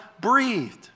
breathed